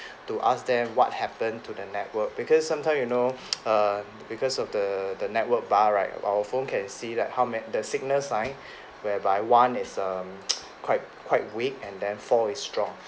to ask them what happened to the network because sometime you know err because of the the network bar right our phone can see like how ma~ the signal sign whereby one is um quite quite weak and then four is strong